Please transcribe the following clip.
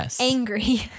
angry